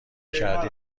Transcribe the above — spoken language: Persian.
کردی